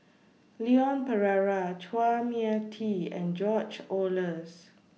Leon Perera Chua Mia Tee and George Oehlers